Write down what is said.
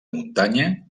muntanya